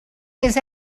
this